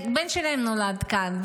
הבן שלהם נולד כאן.